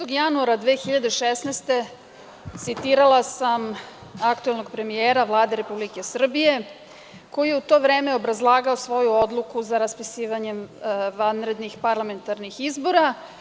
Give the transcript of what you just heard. Dana 19. januara 2016. godine citirala sam aktuelnog premijera Vlade Republike Srbije, koji je u to vreme obrazlagao svoju odluku za raspisivanje vanrednih parlamentarnih izbora.